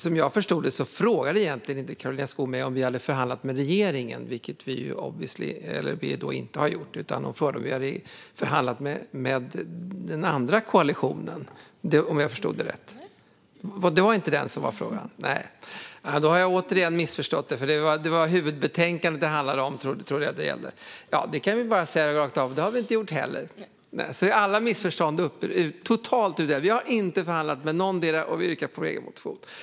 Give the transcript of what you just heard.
Som jag förstår det frågade Karolina Skog egentligen inte om vi förhandlat med regeringen, vilket vi obviously inte har gjort, utan hon frågade om vi förhandlat med den andra koalitionen. : Nej.) Det var inte det som var frågan? Nehej, då har jag återigen missförstått. Det var huvudbetänkandet det handlade om, trodde jag. Då kan jag bara säga rakt av att det har vi inte gjort heller. Alla missförstånd är totalt utredda. Vi har inte förhandlat med någondera, och vi yrkar bifall till vår egen motion.